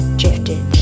drifted